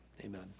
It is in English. amen